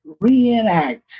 reenact